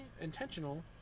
intentional